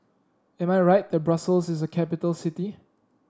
am I right that Brussels is a capital city